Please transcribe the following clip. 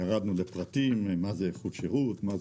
ירדנו לשאלה של מה זה איכות שירות.